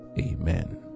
Amen